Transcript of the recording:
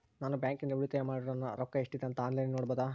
ನಾನು ಬ್ಯಾಂಕಿನಲ್ಲಿ ಉಳಿತಾಯ ಮಾಡಿರೋ ರೊಕ್ಕ ಎಷ್ಟಿದೆ ಅಂತಾ ಆನ್ಲೈನಿನಲ್ಲಿ ನೋಡಬಹುದಾ?